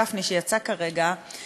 אני מזמן לא זוכרת חוק